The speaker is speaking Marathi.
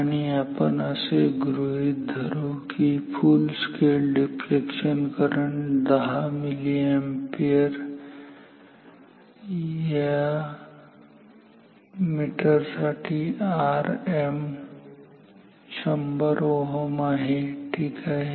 आणि आपण असे गृहीत धरू की full scale deflection current 10 milliampere या मीटर साठी Rm100 Ω आहे ठीक आहे